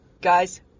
Guys